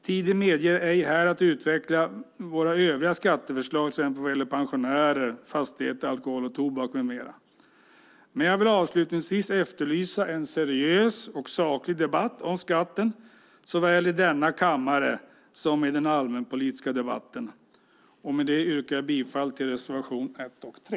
Tiden medger ej att jag här utvecklar våra övriga skatteförslag till exempel vad gäller pensionärer, fastigheter, alkohol och tobak med mera. Jag efterlyser avslutningsvis en seriös och saklig debatt om skatterna såväl i denna kammare som i den allmänpolitiska debatten. Jag yrkar bifall till reservationerna 1 och 3.